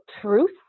truth